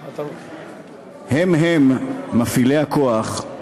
הם-הם, מפעילי הכוח,